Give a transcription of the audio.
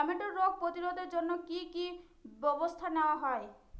টমেটোর রোগ প্রতিরোধে জন্য কি কী ব্যবস্থা নেওয়া হয়?